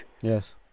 yes